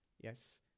yes